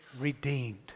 redeemed